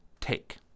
take